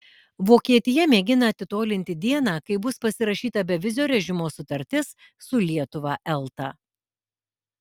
vokietija mėgina atitolinti dieną kai bus pasirašyta bevizio režimo sutartis su lietuva elta